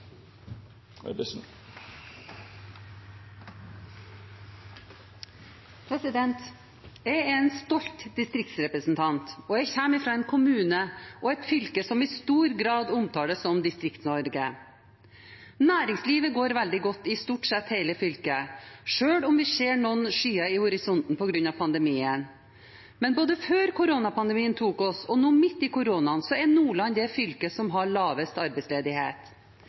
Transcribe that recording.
Jeg er en stolt distriktsrepresentant. Og jeg kommer fra en kommune og et fylke som i stor grad omtales som Distrikts-Norge. Næringslivet går veldig godt i stort sett hele fylket, selv om vi ser noen skyer i horisonten på grunn av pandemien. Både før koronapandemien tok oss, og nå, midt i koronaen, er Nordland det fylket som har lavest arbeidsledighet.